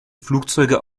flugzeuge